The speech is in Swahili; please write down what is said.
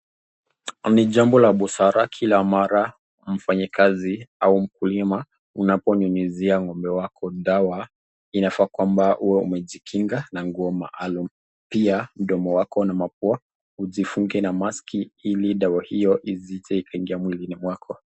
Ni jambo la busara Kila mara mfanye kazi au mkulima unapo nyunyizia ng'ombe wako dawa, inafaa kwamba uwe umejikinga na nguo maalum. Pia mdomo wako na mapua ujifunge na maski[ Ili dawa hiyo isije ikaingia mwilini mwako.